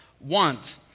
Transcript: want